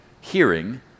hearing